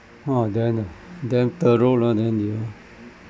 hor then ah then teruk lah then they